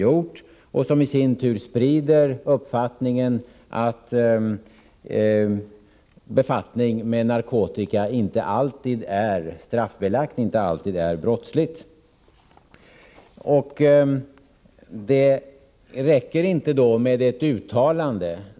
Domen sprider uppfattningen att befattning med narkotika inte alltid är straffbelagd och inte alltid är brottslig. Det räcker dock inte med bara ett uttalande.